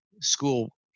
school